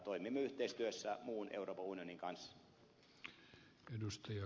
toimimme yhteistyössä muun euroopan unionin kanssa